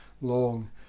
long